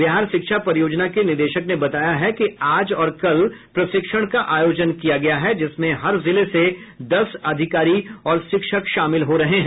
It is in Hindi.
बिहार शिक्षा परियोजना के निदेशक ने बताया है कि आज और कल प्रशिक्षण का आयोजन किया गया है जिसमें हर जिले से दस अधिकारी और शिक्षक शामिल हो रहे हैं